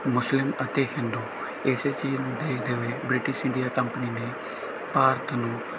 ਮੁਸਲਿਮ ਅਤੇ ਹਿੰਦੂ ਇਸੇ ਚੀਜ਼ ਨੂੰ ਦੇਖਦੇ ਹੋਏ ਬ੍ਰਿਟਿਸ਼ ਇੰਡੀਆ ਕੰਪਨੀ ਨੇ ਭਾਰਤ ਨੂੰ